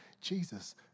jesus